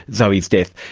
zoe's death.